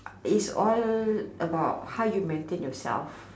is all about how you maintain yourself